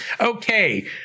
Okay